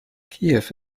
kiew